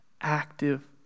active